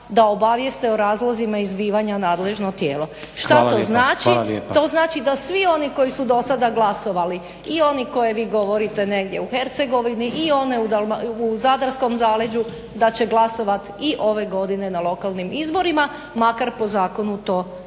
da obavijeste o razlozima izbivanja nadležno tijelo. …/Upadica Stazić: Hvala./… Šta to znači? To znači, da svi oni koji su do sada glasovali i oni koje vi govorite negdje u Hercegovini i one u zadarskom zaleđu da će glasovat i ove godine na lokalnim izborima makar po zakonu to ne bi